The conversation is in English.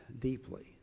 deeply